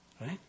Right